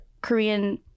Korean